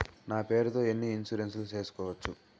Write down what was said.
నా పేరుతో ఎన్ని ఇన్సూరెన్సులు సేసుకోవచ్చు?